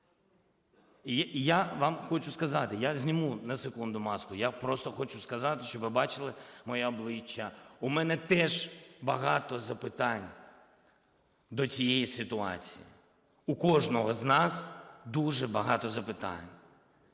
І я вам хочу сказати - я зніму на секунду з маску, - я просто хочу сказати, щоб ви бачили моє обличчя, у мене теж багато запитань до цієї ситуації, у кожного з нас дуже багато запитань.